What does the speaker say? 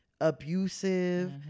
abusive